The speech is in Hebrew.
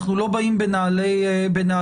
אנחנו לא באים בנעלי המומחים.